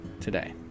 today